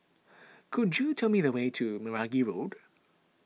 could you tell me the way to Meragi Road